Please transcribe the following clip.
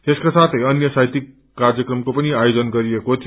यसका साथे अन्य साहिथ्यक कार्यक्रमको पनि आयोजन गरिएको थियो